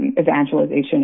evangelization